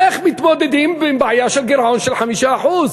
איך מתמודדים עם בעיה של גירעון של 5%?